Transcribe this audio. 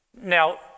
now